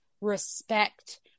respect